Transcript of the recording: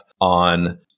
on